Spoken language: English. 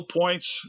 points